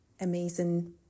amazing